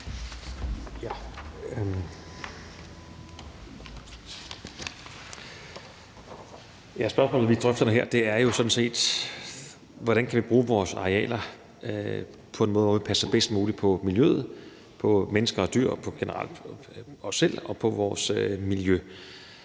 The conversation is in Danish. Spørgsmålet, vi drøfter her, er jo sådan set: Hvordan kan vi bruge vores arealer på en måde, hvor vi passer bedst muligt på miljøet og på mennesker og dyr – generelt på os selv og på vores miljø?